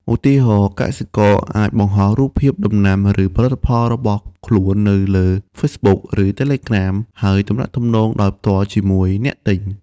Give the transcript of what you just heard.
ឧទាហរណ៍ កសិករអាចបង្ហោះរូបភាពដំណាំ ឬផលិតផលរបស់ខ្លួននៅលើ Facebook ឬ Telegram ហើយទំនាក់ទំនងដោយផ្ទាល់ជាមួយអ្នកទិញ។